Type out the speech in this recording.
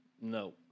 No